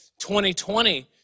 2020